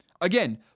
Again